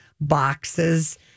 boxes